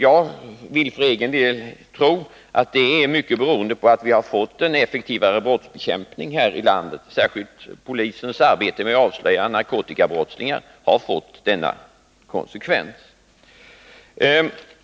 Jag vill för egen del tro att den i stor utsträckning beror på att vi fått en effektivare brottsbekämpning här i landet — särskilt polisens arbete med att avslöja narkotikabrottslingar har fått denna konsekvens.